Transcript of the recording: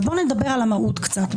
אבל בואו נדבר על המהות קצת.